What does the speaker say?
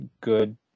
good